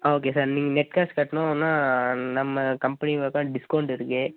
ஆ okay sir நீங்க net cash கட்னவொன்ன நம்ம கம்பெனியில எடுத்தா டிஸ்கௌண்ட் இருக்கு